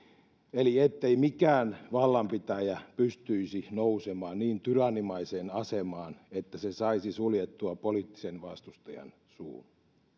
eli ettei mikään vallanpitäjä pystyisi nousemaan niin tyrannimaiseen asemaan että se saisi suljettua poliittisen vastustajan suun